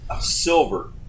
silver